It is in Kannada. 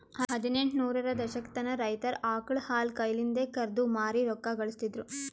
ಹದಿನೆಂಟ ನೂರರ ದಶಕತನ ರೈತರ್ ಆಕಳ್ ಹಾಲ್ ಕೈಲಿಂದೆ ಕರ್ದು ಮಾರಿ ರೊಕ್ಕಾ ಘಳಸ್ತಿದ್ರು